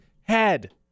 head